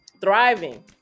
thriving